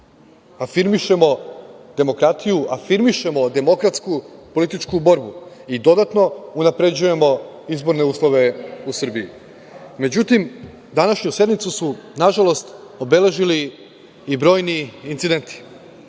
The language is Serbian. Afirmišemo demokratiju. Afirmišemo demokratsku političku borbu i dodatno unapređujemo izborne uslove u Srbiji.Međutim, današnju sednicu su nažalost obeležili i brojni incidenti.